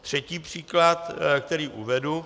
Třetí příklad, který uvedu.